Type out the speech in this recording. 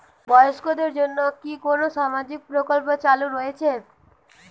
বয়স্কদের জন্য কি কোন সামাজিক প্রকল্প চালু রয়েছে?